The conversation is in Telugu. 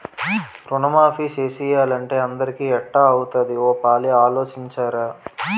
రుణమాఫీ సేసియ్యాలంటే అందరికీ ఎట్టా అవుతాది ఓ పాలి ఆలోసించరా